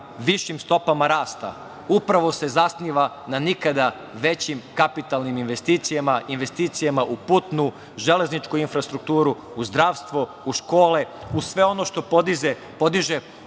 višim stopama rasta, upravo se zasniva na nikada većim kapitalnim investicijama, investicijama u putnu, železničku infrastrukturu, u zdravstvo, u škole, u sve ono što podiže